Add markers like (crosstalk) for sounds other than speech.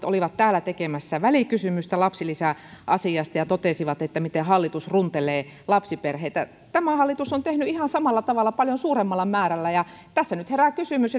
(unintelligible) olivat täällä tekemässä välikysymystä lapsilisäasiasta ja totesivat että hallitus runtelee lapsiperheitä tämä hallitus on tehnyt ihan samalla tavalla paljon suuremmalla määrällä ja tässä nyt herää kysymys (unintelligible)